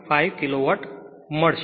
5 kilo watt મળશે